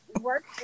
work